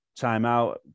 timeout